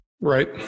Right